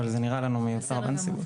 אבל זה נראה לנו מיותר בנסיבות.